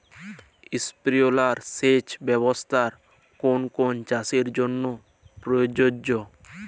Sprinkler সেচ ব্যবস্থার কোন কোন চাষের জন্য প্রযোজ্য?